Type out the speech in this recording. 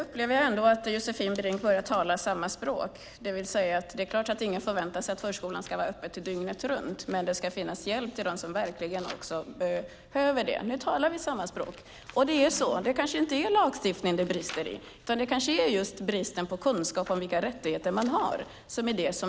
Herr talman! Josefin Brink och jag talar samma språk när hon nu säger att ingen förväntar sig att förskolan ska vara öppen dygnet runt men att det ska finnas hjälp för dem som behöver det. Det kanske inte är i lagstiftningen det brister utan i kunskapen om vilka rättigheter man har.